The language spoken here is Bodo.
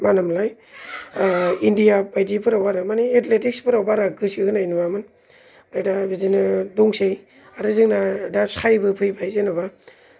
मा होनोमोनलाय इण्डिया बायदिफोराव आरो माने एथलितिकसफोराव बारा गोसो होनाय नुवामोन ओमफ्राय दा बिदिनो दंसै आरो जोंना दा साइ बो फैबाय जेन'बा